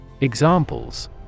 Examples